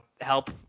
help